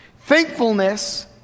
Thankfulness